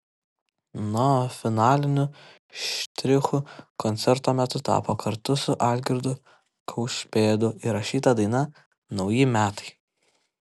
na o finaliniu štrichu koncerto metu tapo kartu su algirdu kaušpėdu įrašyta daina nauji metai